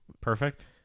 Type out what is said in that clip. Perfect